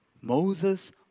Moses